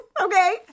okay